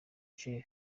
joel